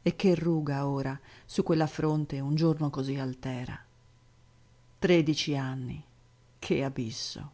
e che ruga ora su quella fronte un giorno così altera tredici anni che abisso